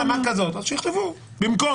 ואם יש תקנה כזו אז שיכתבו: במקום